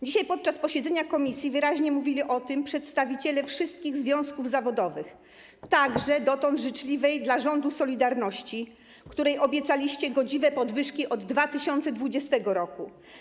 Dzisiaj podczas posiedzenia komisji wyraźnie mówili o tym przedstawiciele wszystkich związków zawodowych, także dotąd życzliwej wobec rządu ˝Solidarności˝, której obiecaliście godziwe podwyżki od 2020 r.